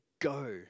Go